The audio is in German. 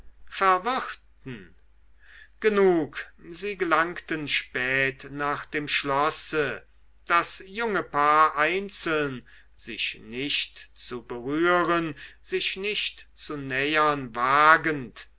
verwirrten genug sie gelangten spät nach dem schlosse das junge paar einzeln sich nicht zu berühren sich nicht zu nähern wagend